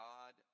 God